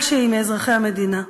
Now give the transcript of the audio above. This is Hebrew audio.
כלשהי מאזרחי המדינה,